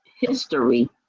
history